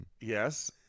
Yes